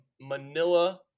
Manila